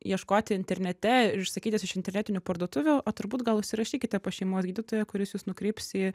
ieškoti internete ir sakytis iš internetinių parduotuvių o turbūt gal užsirašykite pas šeimos gydytoją kuris jus nukreips į